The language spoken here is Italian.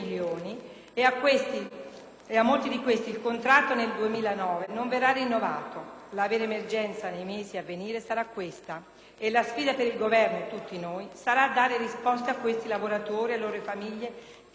e a molti di questi nel 2009 non verrà rinnovato il contratto. La vera emergenza, nei mesi a venire, sarà questa e la sfida per il Governo e per tutti noi sarà dare risposta a questi lavoratori e alle loro famiglie, che presto saranno travolti dalla crisi.